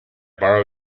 borrow